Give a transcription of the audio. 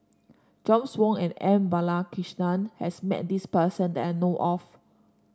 James Wong and M Balakrishnan has met this person that I know of